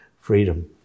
freedom